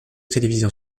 télévision